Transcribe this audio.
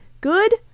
GOOD